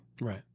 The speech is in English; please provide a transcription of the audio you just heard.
Right